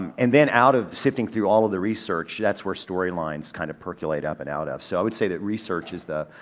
um and then out of sifting through all of the research, that's where story lines kind of percolate up and out of, so i would say that research is the,